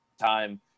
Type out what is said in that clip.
time